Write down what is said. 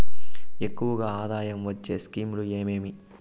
ఎక్కువగా ఆదాయం వచ్చే స్కీమ్ లు ఏమేమీ?